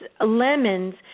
lemons